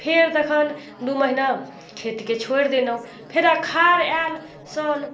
फेर तखन दू महीना खेतके छोड़ि देनहुँ फेर अषाढ़ आयल साओन